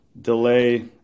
delay